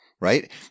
right